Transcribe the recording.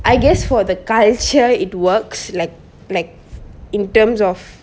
I guess for the guys sure it works like like in terms of